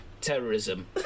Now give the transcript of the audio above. terrorism